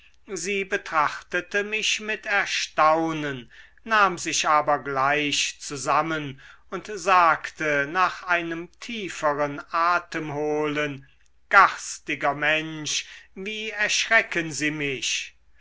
sie betrachtete mich mit erstaunen nahm sich aber gleich zusammen und sagte nach einem tieferen atemholen garstiger mensch wie erschrecken sie mich